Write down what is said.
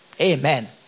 amen